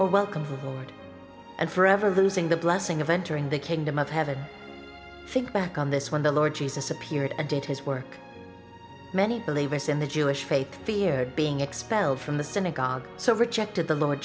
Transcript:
or welcome for ford and forever losing the blessing of entering the kingdom of heaven think back on this when the lord jesus appeared and did his work many believe us in the jewish faith feared being expelled from the synagogue so rejected the lord